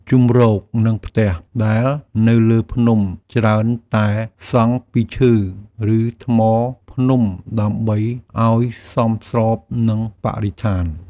ជម្រក និងផ្ទះ ដែលនៅលើភ្នំច្រើនតែសង់ពីឈើ ឬថ្មភ្នំដើម្បីឱ្យសមស្របនឹងបរិស្ថាន។